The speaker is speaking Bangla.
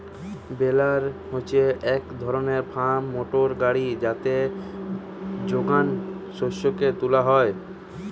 বেলার হচ্ছে এক ধরণের ফার্ম মোটর গাড়ি যাতে যোগান শস্যকে তুলা হয়